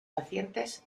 pacientes